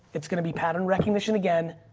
it's going to be pattern recognition again,